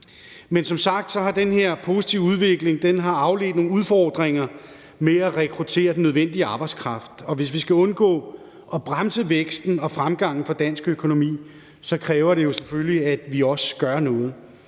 Men som sagt har den her positive udvikling afledt nogle udfordringer med at rekruttere den nødvendige arbejdskraft, og hvis vi skal undgå at bremse væksten og fremgangen for dansk økonomi, så kræver det jo selvfølgelig, at vi også gør noget.